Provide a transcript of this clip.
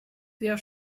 der